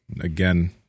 again